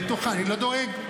אני לא דואג.